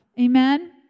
Amen